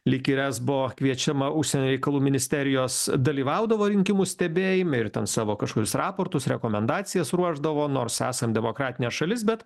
lyg ir esbo kviečiama užsienio reikalų ministerijos dalyvaudavo rinkimų stebėjime ir ten savo kažkokius raportus rekomendacijas ruošdavo nors esam demokratinė šalis bet